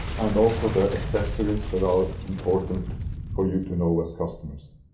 and also the accessories that are important for you to know as customers.